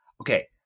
okay